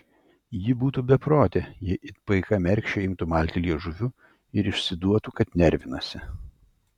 ji būtų beprotė jei it paika mergšė imtų malti liežuviu ir išsiduotų kad nervinasi